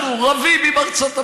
אנחנו רבים עם ארצות הברית,